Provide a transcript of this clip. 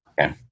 Okay